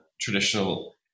traditional